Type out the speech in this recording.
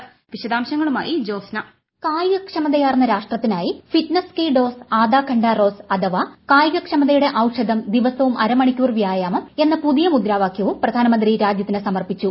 അവ കായികക്ഷമതയാർന്ന രാഷ്ട്രത്തിനായി ഫിറ്റ്നസ് കി ഡോസ് ആധാ ഘണ്ഠാ റോസ് അഥവാ ് കായികക്ഷമതയുടെ ഔഷധം ദിവസവും അരമണിക്കൂർ വ്യായാമം എന്ന പുതിയ മുദ്രാവാകൃവും പ്രധാനമന്ത്രി രാജ്യത്തിന് സമർപ്പിച്ചു